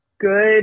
good